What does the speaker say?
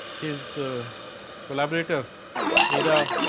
his collaborator either